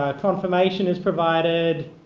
confirmation is provided,